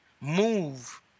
move